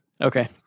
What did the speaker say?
Okay